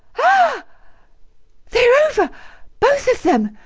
ah they are over both them!